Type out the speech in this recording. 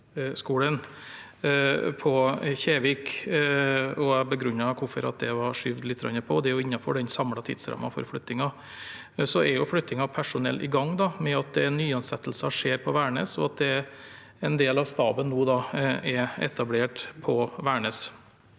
fra Kjevik. Jeg begrunnet hvorfor det var skjøvet litt på, og det er innenfor den samlede tidsrammen for flyttingen. Så er flyttingen av personell i gang ved at nyansettelser skjer på Værnes, og at en del av staben nå er etablert på Værnes.